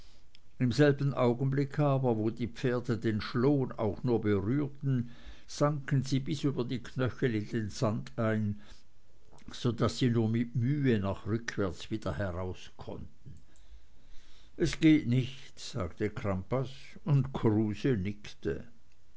im selben augenblick aber wo die pferde den schloon auch nur berührten sanken sie bis über die knöchel in den sand ein so daß sie nur mit mühe nach rückwärts wieder heraus konnten es geht nicht sagte crampas und kruse nickte